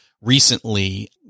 recently